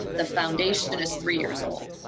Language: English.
the foundation is three years old,